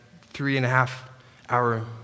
three-and-a-half-hour